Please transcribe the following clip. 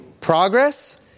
progress